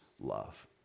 love